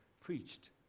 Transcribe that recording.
preached